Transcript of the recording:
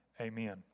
Amen